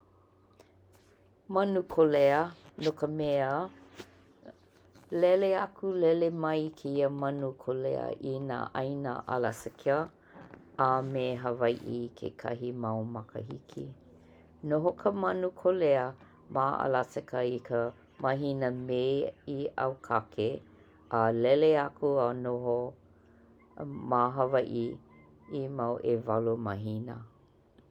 Manu Kolea, no ka mea lele aku lele mai kēia manu kolea i nā ʻaina Alaseka a me Hawaiʻi i kekahi mau makahiki. Noho ka manu kolea ma Alaseka i ka mahina Mei i ʻAukake a lele aku a noho ma Hawaiʻi i mau ʻewalu mahina.